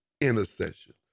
intercession